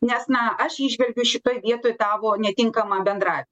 nes na aš įžvelgiu šitoj vietoj tavo netinkamą bendra